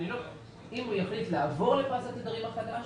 אם הוא יחליט לעבור את פס התדרים החדש,